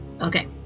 Okay